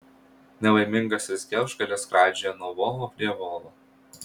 nelaimingasis gelžgalis skraidžioja nuo volo prie volo